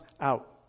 out